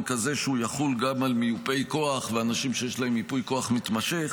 כזה שהוא יחול גם על מיופי כוח ואנשים שיש להם ייפוי כוח מתמשך.